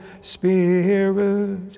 Spirit